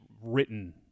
written